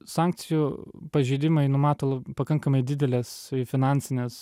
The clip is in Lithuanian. sankcijų pažeidimai numato la pakankamai dideles į finansines